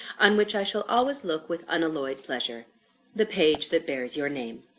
on which i shall always look with unalloyed pleasure the page that bears your name.